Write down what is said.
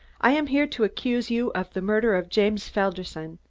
i am here to accuse you of the murder of james felderson.